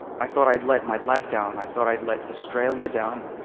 i thought i'd let my lab down. i thought i'd let australia down.